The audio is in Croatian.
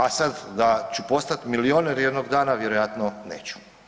A sad da ću postat milioner jednog dana vjerojatno neću.